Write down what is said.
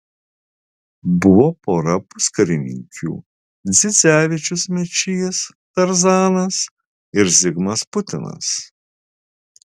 buvo pora puskarininkių dzidzevičius mečys tarzanas ir zigmas putinas